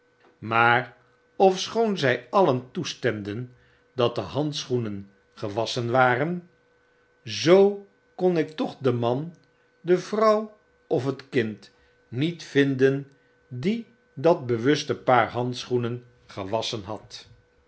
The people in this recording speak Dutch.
maar ofschoon zy alien toestemden dat de handschoenen gewasschen waren zoo kon ik toch den man de vrouw of het kind niet vinden die dat bewuste paar handschoenen gewasschen had